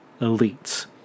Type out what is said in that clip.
elites